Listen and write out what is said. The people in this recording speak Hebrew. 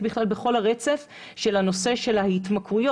בכלל בכל הרצף של הנושא של ההתמכרויות,